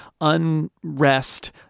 unrest